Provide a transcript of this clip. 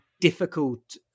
difficult